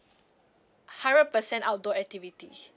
hundred percent outdoor activity